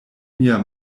mia